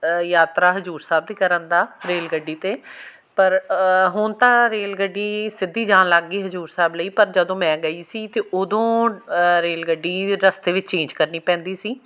ਯਾਤਰਾ ਹਜ਼ੂਰ ਸਾਹਿਬ ਦੀ ਕਰਨ ਦਾ ਰੇਲ ਗੱਡੀ 'ਤੇ ਪਰ ਹੁਣ ਤਾਂ ਰੇਲ ਗੱਡੀ ਸਿੱਧੀ ਜਾਣ ਲੱਗ ਗਈ ਹਜ਼ੂਰ ਸਾਹਿਬ ਲਈ ਪਰ ਜਦੋਂ ਮੈਂ ਗਈ ਸੀ ਤਾਂ ਉਦੋਂ ਰੇਲ ਗੱਡੀ ਰਸਤੇ ਵਿੱਚ ਚੇਂਜ ਕਰਨੀ ਪੈਂਦੀ ਸੀ